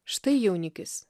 štai jaunikis